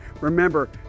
Remember